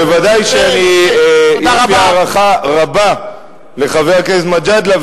וודאי שיש לי הערכה רבה לחבר הכנסת מג'אדלה,